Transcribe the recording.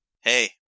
hey